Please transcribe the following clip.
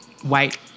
white